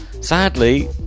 Sadly